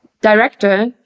director